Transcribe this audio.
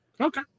Okay